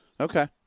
Okay